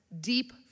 deep